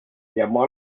llamó